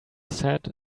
said